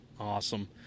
awesome